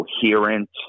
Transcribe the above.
coherent